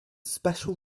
special